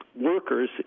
Workers